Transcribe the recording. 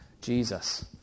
Jesus